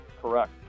Correct